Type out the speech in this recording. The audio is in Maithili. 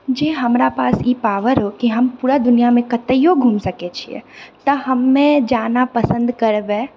जे हमरा पास ई पावर हो कि हम पूरा दुनियामे कतहु घुमि सकै छिए तऽ हमे जाना पसन्द करबै